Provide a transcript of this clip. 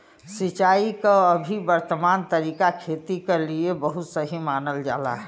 सिंचाई क अभी वर्तमान तरीका खेती क लिए बहुत सही मानल जाला